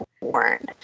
born